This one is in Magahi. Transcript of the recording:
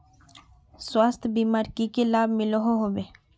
स्वास्थ्य बीमार की की लाभ मिलोहो होबे?